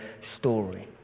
story